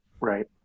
right